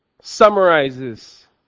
summarizes